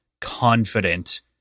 confident